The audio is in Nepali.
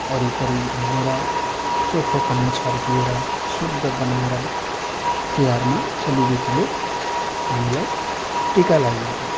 वरिपरि घुमेर चोखो पानी छर्किएर शुद्ध बनाएर तिहारमा चेलीबेटीले हामीलाई टिका लगाइदिन्छन्